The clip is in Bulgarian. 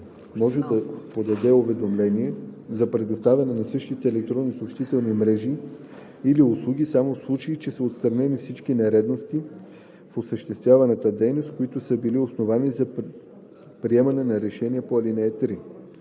може да подаде уведомление за предоставяне на същите електронни съобщителни мрежи или услуги само в случай че са отстранени всички нередности в осъществяваната дейност, които са били основание за приемане на решение по ал. 3.“